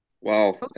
Wow